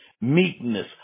meekness